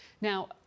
Now